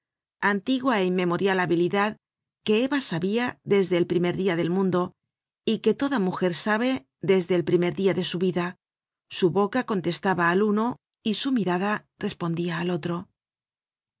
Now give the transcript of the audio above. antigua é inmemorial habilidad que eva sabia desde el primer dia del mundo y que toda mujer sabe desde el primer dia de su vida su boca contestaba al uno y su mirada respondia al otro